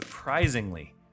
surprisingly